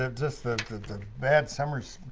the bad summers,